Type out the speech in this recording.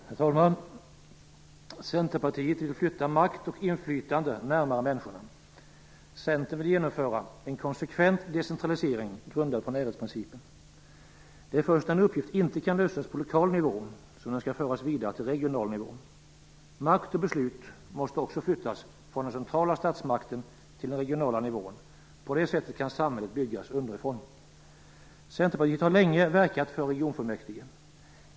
Herr talman! Centerpartiet vill flytta makt och inflytande närmare människorna. Centern vill genomföra en konsekvent decentralisering, grundad på närhetsprincipen. Det är först när en uppgift inte kan lösas på lokal nivå som den skall föras vidare till regional nivå. Makt och beslut måste också flyttas från den centrala statsmakten till den regionala nivån. På det sättet kan samhället byggas underifrån. Centerpartiet har länge verkat för regionfullmäktige.